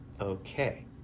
Okay